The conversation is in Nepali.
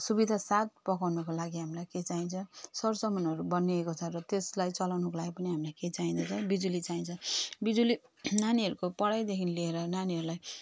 सुविधाको साथ पकाउनुको लागि हामीलाई के चाहिन्छ सरसामानहरू बनिएको छ र त्यसलाई चलाउनुको लागि पनि हामीलाई के चाहिँदो रहेछ बिजुली चाहिन्छ बिजुली नानीहरूको पढाइदेखि लिएर नानीहरूलाई